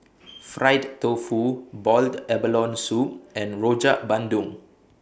Fried Tofu boiled abalone Soup and Rojak Bandung